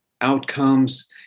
outcomes